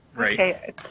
Okay